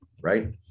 right